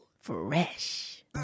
Fresh